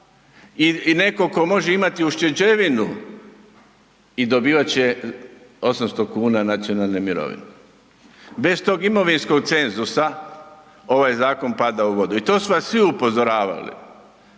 i neko ko može imati ušteđevinu i dobivat će 800 kuna nacionalne mirovine. Bez tog imovinskog cenzusa ovaj zakon pada u vodu i to su vas svi upozoravali,